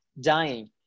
dying